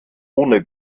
ohne